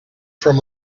from